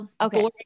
Okay